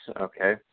Okay